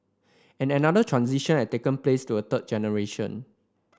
and another transition had taken place to a third generation